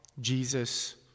jesus